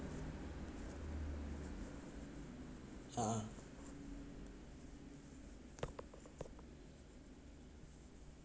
ah